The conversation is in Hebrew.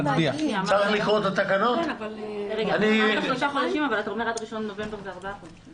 אמרת שלושה חודשים אבל עד ה-1 בנובמבר אלה ארבעה חודשים.